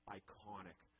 iconic